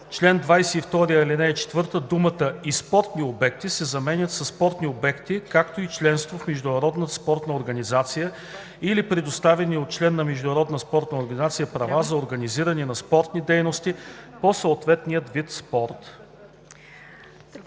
чл. 22, ал. 4 думите „и спортни обекти“ се заменят със „спортни обекти, както и членство в международна спортна организация или предоставени от член на международна спортна организация права за организиране на спортни дейности по съответния вид спорт“.“